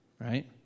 right